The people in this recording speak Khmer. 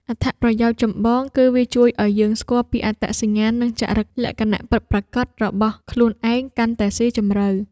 អត្ថប្រយោជន៍ចម្បងគឺវាជួយឱ្យយើងស្គាល់ពីអត្តសញ្ញាណ និងចរិតលក្ខណៈពិតប្រាកដរបស់ខ្លួនឯងកាន់តែស៊ីជម្រៅ។